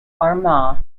armagh